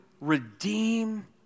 redeem